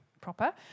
proper